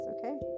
okay